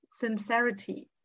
sincerity